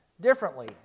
differently